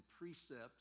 precepts